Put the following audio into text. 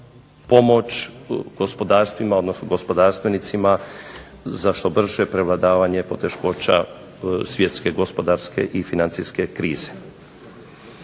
pomoć gospodarstvima odnosno gospodarstvenica za što brže prevladavanje poteškoća svjetske gospodarske i financijske krize.